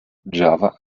java